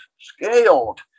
scaled